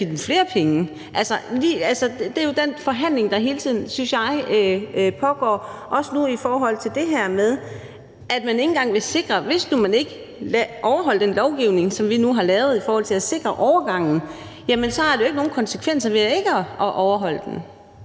det er jo den forhandling, der hele tiden pågår, synes jeg. Også nu i forhold til det her med, at man ikke engang vil sikre, at det – hvis de nu ikke overholder den lovgivning, som vi har lavet i forhold til at sikre overgangen – har en konsekvens, når de ikke overholder det.